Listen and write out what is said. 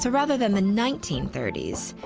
so rather than the nineteen thirty s,